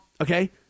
okay